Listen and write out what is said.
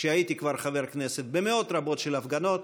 כשהייתי כבר חבר הכנסת, במאות רבות של הפגנות,